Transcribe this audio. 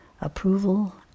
approval